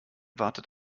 wartet